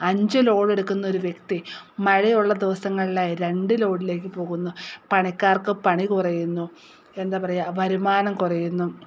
അഞ്ചു load എടുക്കുന്ന ഒരു വ്യക്തി മഴയുള്ള ദിവസങ്ങളിൽ രണ്ട് ലോഡിലേക്ക് പോകുന്നു പണിക്കാർക്ക് പണി കുറയുന്നു എന്താ പറയുക വരുമാനം കുറയുന്നു